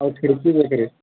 ಹೌದು ಕಿಡ್ಕಿ ಬೇಕು ರೀ